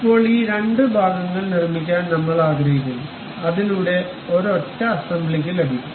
ഇപ്പോൾ ഈ രണ്ട് ഭാഗങ്ങൾ നിർമ്മിക്കാൻ നമ്മൾ ആഗ്രഹിക്കുന്നു അതിലൂടെ ഒരൊറ്റ അസംബ്ലിക്ക് ലഭിക്കും